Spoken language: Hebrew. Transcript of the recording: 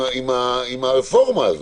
עם הרפורמה הזאת.